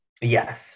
Yes